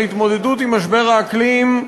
של התמודדות עם משבר האקלים,